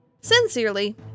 sincerely